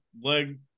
leg